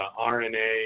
RNA